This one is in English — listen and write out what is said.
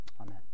Amen